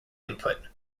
input